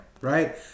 right